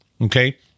okay